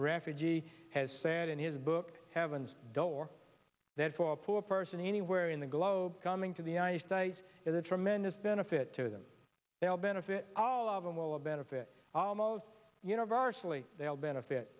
refugee has said in his book heaven's door that for a poor person anywhere in the globe coming to the united states is a tremendous benefit to them they will benefit all of them will benefit almost universally they'll benefit